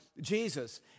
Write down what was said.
Jesus